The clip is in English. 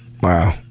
Wow